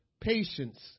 patience